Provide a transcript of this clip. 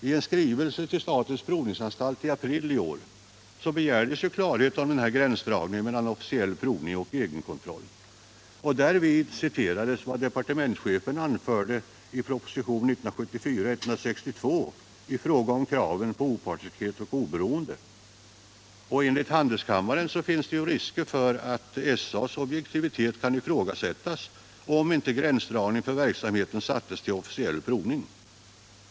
I en skrivelse till statens provningsanstalt i april i år begärdes klarhet om gränsdragningen mellan officiell provning och egen kontroll. Därvid citerades vad departementschefen anförde i propositionen 1974:162 i fråga om kraven på opartiskhet och oberoende. Enligt Handelskammaren finns det risker för att SA:s objektivitet kan ifrågasättas, om inte gränsen för verksamheten sattes till officiell provning.